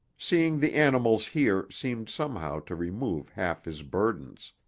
seeing the animals here seemed somehow to remove half his burdens.